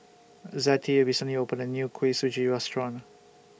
Zettie recently opened A New Kuih Suji Restaurant